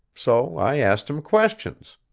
so i asked him questions.